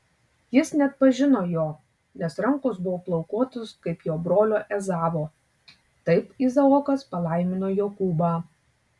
jis neatpažino jo nes rankos buvo plaukuotos kaip jo brolio ezavo taip izaokas palaimino jokūbą